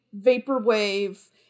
vaporwave